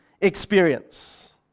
experience